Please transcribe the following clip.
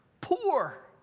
poor